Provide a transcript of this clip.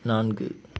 நான்கு